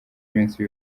iminsi